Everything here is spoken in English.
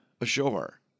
ashore